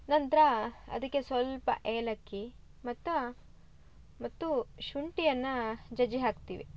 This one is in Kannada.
ನಂತರ ಅದಕ್ಕೆ ಸ್ವಲ್ಪ ಏಲಕ್ಕಿ ಮತ್ತ ಮತ್ತು ಶುಂಠಿಯನ್ನ ಜಜ್ಜಿ ಹಾಕ್ತೀವಿ